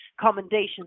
commendations